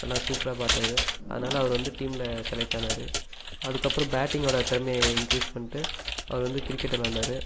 நல்லா சூப்பராக பாத்தார் அதனால அவரை வந்து டீம்மில் செலெக்ட் ஆனார் அதுக்கப்புறம் பேட்டிங் விளையாட்ற திறமைய இன்க்ரீஸ் பண்ணிட்டு அவர் வந்து கிரிக்கெட் விளையாண்டார்